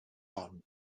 hon